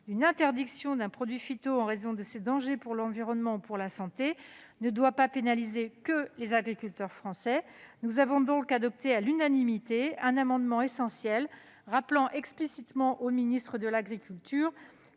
d'une interdiction d'un produit phytopharmaceutique en raison de ses dangers pour l'environnement ou pour la santé ne doit pas pénaliser uniquement les agriculteurs français. Nous avons donc adopté à l'unanimité un amendement essentiel rappelant explicitement au ministre de l'agriculture,